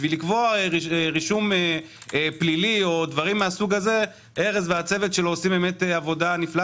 כדי לקבעו רישום פלילי או דברים מסוג זה ארז וצוותו עושים עבודה נפלאה